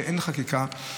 שאין חקיקה,